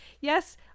yes